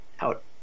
out